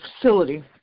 facility